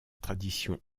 tradition